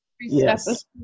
yes